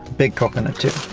big coconut too.